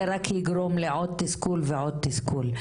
זה רק יגרום לעוד תסכול ועוד תסכול.